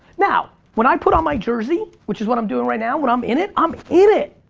now, when i put on my jersey, which is what i'm doing right now. when i'm in it, i'm in it.